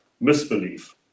misbelief